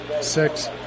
six